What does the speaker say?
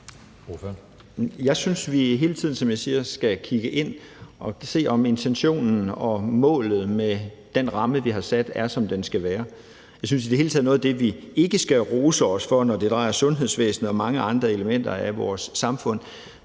synes jeg hele tiden, at vi skal kigge ind for at se, om intentionen og målet med den ramme, vi har sat, er, som den skal være. Jeg synes i det hele taget, at noget af det, vi ikke skal rose os selv for, når det drejer sig om sundhedsvæsenet og mange andre elementer af vores samfund,